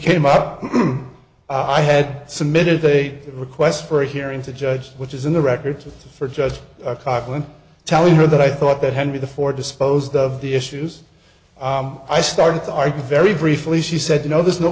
came up i had submitted a request for a hearing to judge which is in the record for judge copland telling her that i thought that henry the four disposed of the issues i started to argue very briefly she said you know there's no